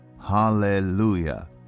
Hallelujah